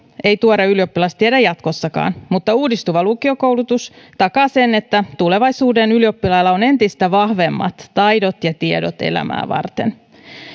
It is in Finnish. ei tuore ylioppilas tiedä jatkossakaan mutta uudistuva lukiokoulutus takaa sen että tulevaisuuden ylioppilailla on entistä vahvemmat taidot ja tiedot elämää varten